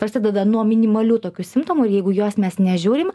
prasideda nuo minimalių tokių simptomų ir jeigu į juos mes nežiūrim